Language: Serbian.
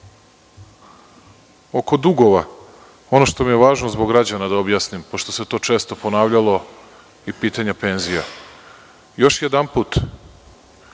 dugova, ono što mi je važno zbog građana da objasnim, pošto se to često ponavljalo, i pitanje penzija. Još jednom,